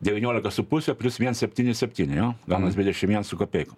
devyniolika su puse plius viens septyni septyni jo gaunas dvidešim viens su kapeikom